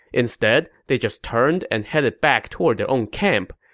instead, they just turned and headed back toward their own camp.